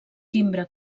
timbre